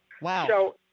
Wow